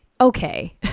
okay